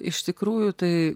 iš tikrųjų tai